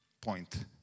point